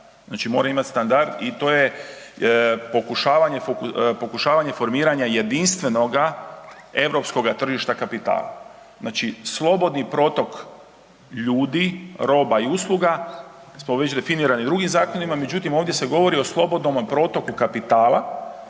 Znači mora imati standard i to je pokušavanje formiranja jedinstvenoga europskoga tržišta kapitala. Znači slobodni protok ljudi, roba i usluga smo već definirali drugim zakonima, međutim, ovdje se govori o slobodnom protoku kapitala